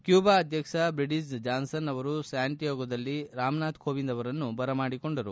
Cuba ಅಧ್ಯಕ್ಷರಾದ Beatriz Johnson ಅವರು ಸ್ಯಾಂಟಿಯಗೊದಲ್ಲಿ ರಾಮನಾಥ್ ಕೋವಿಂದ್ ಅವರನ್ನು ಬರಮಾಡಕೊಂಡರು